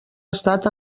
estat